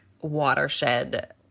watershed –